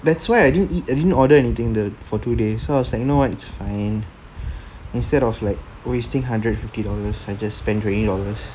that's why I didn't eat any~ order anything the for two days so I was like you know what it's fine instead of like wasting hundred fifty dollars I just spend twenty dollars